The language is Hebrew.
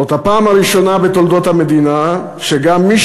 זאת הפעם הראשונה בתולדות המדינה שגם מי